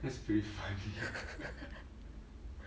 that's pretty funny